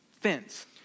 fence